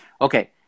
Okay